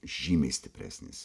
žymiai stipresnis